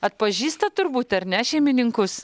atpažįsta turbūt ar ne šeimininkus